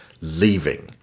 leaving